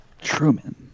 Truman